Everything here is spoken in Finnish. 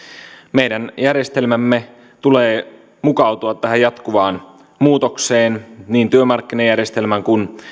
meidän järjestelmämme tulee mukautua tähän jatkuvaan muutokseen niin työmarkkinajärjestelmän kuin